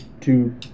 two